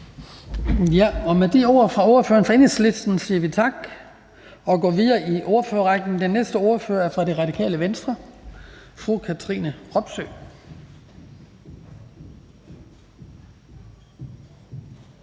Med de ord fra ordføreren for Enhedslisten siger vi tak og går videre i ordførerrækken. Den næste ordfører er fra Radikale Venstre. Fru Katrine Robsøe.